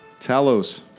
Talos